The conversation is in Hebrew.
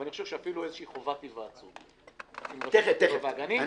אבל אני חושב שאפילו איזושהי חובת היוועצות עם רשות הטבע והגנים,